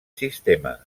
sistema